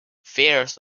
fares